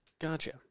Gotcha